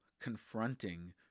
confronting